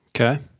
Okay